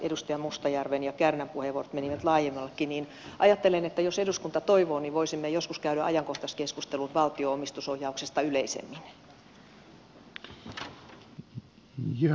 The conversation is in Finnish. edustaja mustajärven ja kärnän puheenvuorot menivät laajemmallekin ja ajattelen että jos eduskunta toivoo niin voisimme joskus käydä ajankohtaiskeskustelun valtion omistusohjauksesta yleisemmin